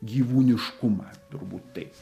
gyvuniškumą turbūt taip